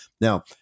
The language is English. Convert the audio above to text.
Now